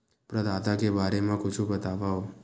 प्रदाता के बारे मा कुछु बतावव?